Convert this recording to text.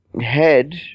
head